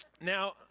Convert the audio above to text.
Now